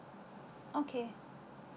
okay